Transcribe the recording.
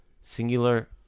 singular